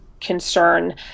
concern